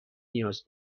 نیاز